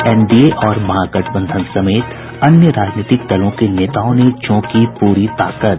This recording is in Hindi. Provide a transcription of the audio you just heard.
एनडीए और महागठबंधन समेत अन्य राजनीतिक दलों के नेताओं ने झोंकी पूरी ताकत